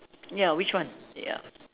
ya which one ya